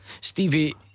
Stevie